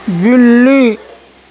بلی